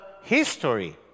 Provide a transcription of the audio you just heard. history